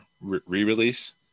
re-release